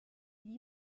libre